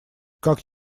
как